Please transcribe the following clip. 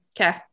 Okay